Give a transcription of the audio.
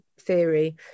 theory